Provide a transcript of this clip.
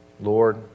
Lord